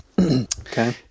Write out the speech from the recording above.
Okay